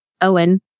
owen